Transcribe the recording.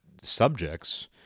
subjects